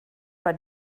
bei